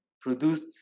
produced